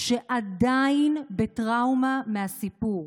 שעדיין בטראומה מהסיפור,